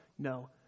No